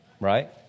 Right